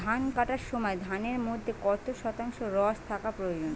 ধান কাটার সময় ধানের মধ্যে কত শতাংশ রস থাকা প্রয়োজন?